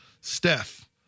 Steph